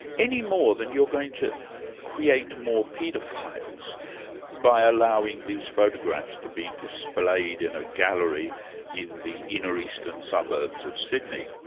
any more than you're going to create more paedophiles by allowing these photographs to be displayed in a gallery in the inner eastern suburbs of sydney.